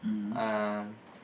um